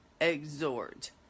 exhort